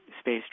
space